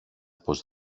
πως